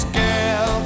girl